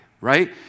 right